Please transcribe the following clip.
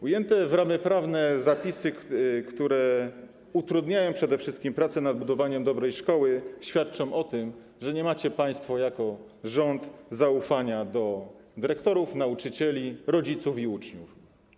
Ujęte w ramy prawne zapisy, które utrudniają przede wszystkim prace nad budowaniem dobrej szkoły, świadczą o tym, że nie macie państwo jako rząd zaufania do dyrektorów, nauczycieli, rodziców i uczniów.